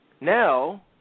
now